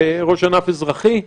ראש ענף אזרחי.